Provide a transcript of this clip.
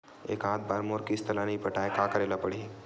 एकात बार मोर किस्त ला नई पटाय का करे ला पड़ही?